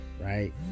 right